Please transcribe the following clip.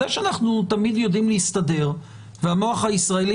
זה שאנחנו תמיד יודעים להסתדר והמוח הישראלי